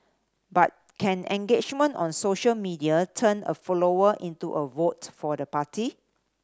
but can engagement on social media turn a follower into a vote for the party